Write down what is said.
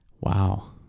Wow